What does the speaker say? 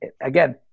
again